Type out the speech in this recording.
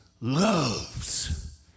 loves